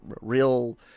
real